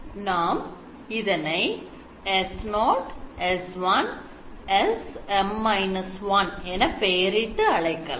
நாம் இதனை S0 S1 SM−1 என பெயரிட்டு அழைக்கலாம்